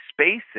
spaces